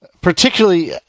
particularly